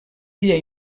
via